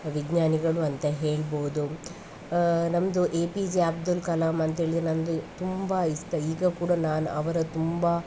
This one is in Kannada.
ವಿಜ್ಞಾನಿಗಳು ಅಂತ ಹೇಳ್ಬೋದು ನಮ್ಮದು A P J Abdul Kalam ಅಂತೇಳಿ ನನ್ನದು ತುಂಬ ಇಷ್ಟ ಈಗ ಕೂಡ ನಾನು ಅವರ ತುಂಬ